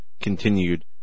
continued